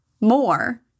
more